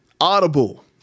audible